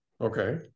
Okay